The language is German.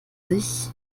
sich